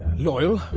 loyal,